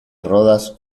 rodas